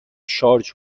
شارژ